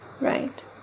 Right